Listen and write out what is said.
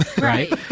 right